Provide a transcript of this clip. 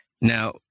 Now